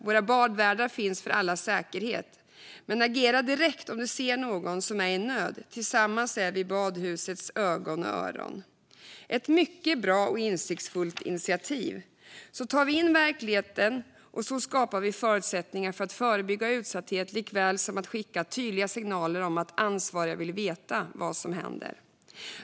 Våra badvärdar finns för allas säkerhet, men agera direkt om du ser någon som är i nöd. Tillsammans är vi badhusets ögon och öron. Det var ett mycket bra och insiktsfullt initiativ. Så tar vi in verkligheten, och så skapar vi förutsättningar för att förebygga utsatthet likaväl som att skicka tydliga signaler om att ansvariga vill veta vad som händer.